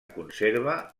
conserva